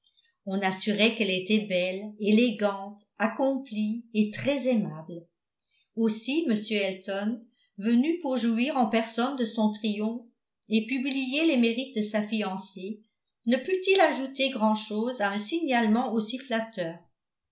on assurait qu'elle était belle élégante accomplie et très aimable aussi m elton venu pour jouir en personne de son triomphe et publier les mérites de sa fiancée ne put-il ajouter grand chose à un signalement aussi flatteur